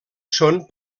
són